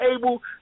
able